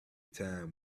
time